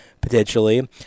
potentially